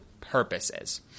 purposes